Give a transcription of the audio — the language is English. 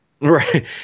Right